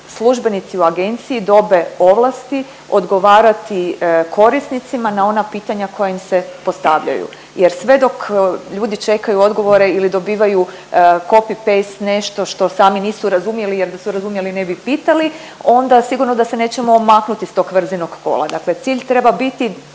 službenici u agenciji dobe ovlasti odgovarati korisnicima na ona pitanja koja im se postavljaju jer sve dok ljudi čekaju odgovore ili dobivaju copy paste nešto što sami nisu razumjeli jer da su razumjeli ne bi pitali, onda sigurno da se nećemo maknuti s tog vrzinog kola, dakle cilj treba biti